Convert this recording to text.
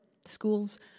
schools